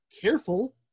careful